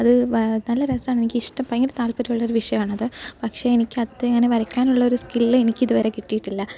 അത് വ നല്ല രസമാണ് എനിക്കിഷ്ടം ഭയങ്കര താൽപ്പര്യമുള്ളൊരു വിഷയമാണത് പക്ഷേ എനിക്കത് ഇങ്ങനെ വരക്കാനുള്ളൊരു സ്കില്ലെനിക്ക് ഇതുവരെ കിട്ടിയിട്ടില്ല